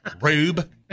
rube